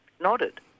nodded